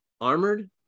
armored